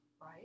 right